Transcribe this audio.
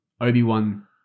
Obi-Wan